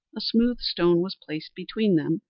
a smooth stone was placed between them,